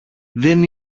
δεν